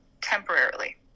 temporarily